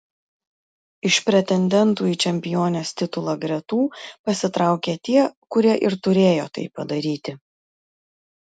iš pretendentų į čempionės titulą gretų pasitraukė tie kurie ir turėjo tai padaryti